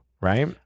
Right